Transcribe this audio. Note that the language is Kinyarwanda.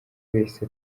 wese